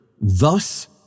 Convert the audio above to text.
Thus